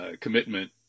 commitment